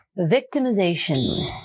victimization